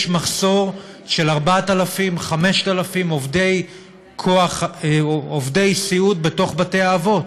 יש מחסור של 4,000 5,000 עובדי סיעוד בבתי-האבות.